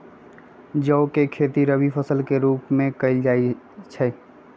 जौ के खेती रवि फसल के रूप में कइल जा हई